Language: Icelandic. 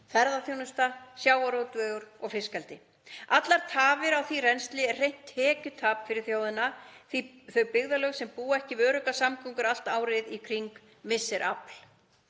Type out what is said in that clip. ferðaþjónusta, sjávarútvegur og fiskeldi. Allar tafir á því rennsli eru hreint tekjutap fyrir þjóðina því þau byggðarlög sem búa ekki við öruggar samgöngur allt árið um kring missa afl.